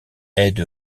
aide